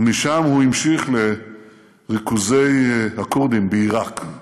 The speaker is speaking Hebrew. ומשם הוא המשיך לריכוזי הכורדים בעיראק.